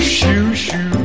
Shoo-shoo